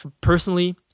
personally